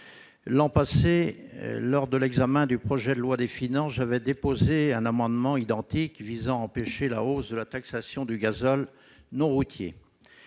L'an passé, lors de l'examen du projet de loi de finances, j'avais déposé un amendement identique à celui-ci, visant à empêcher la hausse de la taxation du gazole non routier